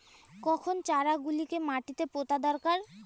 কখন চারা গুলিকে মাটিতে পোঁতা দরকার?